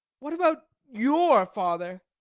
what about your father?